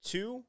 Two